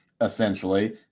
essentially